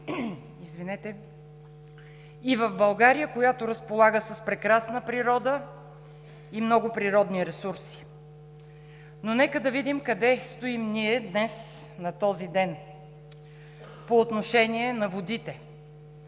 и в България, която разполага с прекрасна природа и много природни ресурси. Но нека да видим къде стоим ние днес на този ден по отношение на водите!